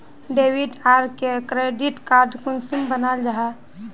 Debit आर credit card कुंसम बनाल जाहा?